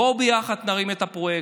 בואו ביחד נרים את הפרויקט.